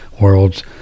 worlds